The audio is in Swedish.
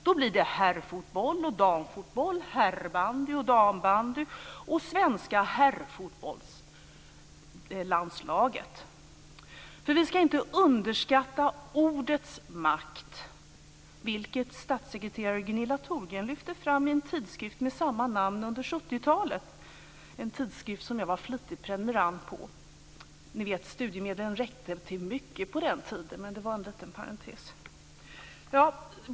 Då blir det herrfotboll och damfotboll, herrbandy och dambandy, och svenska herrfotbollslandslaget. Vi ska inte underskatta ordets makt, vilket statssekreterare Gunilla Thorgren lyfte fram i en tidskrift med samma namn under 70-talet, en tidskrift som jag var flitig prenumerant på. Studiemedlen räckte till mycket på den tiden, men det är en liten parentes! Fru talman!